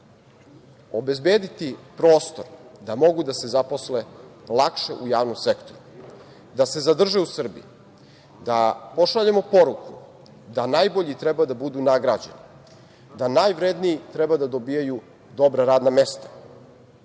obezbediti prostor da mogu da se zaposle lakše u javnom sektoru, da se zadrže u Srbiji, da pošaljemo poruku da najbolji treba da budu nagrađeni, da najvredniji treba da dobijaju dobra radna mesta,